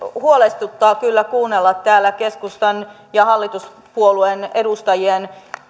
huolestuttaa kyllä kuunnella täällä keskustan ja hallituspuolueen edustajien